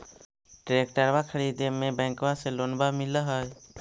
ट्रैक्टरबा खरीदे मे बैंकबा से लोंबा मिल है?